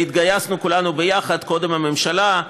התגייסנו כולנו יחד, קודם הממשלה,